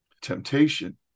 temptation